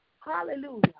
Hallelujah